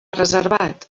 reservat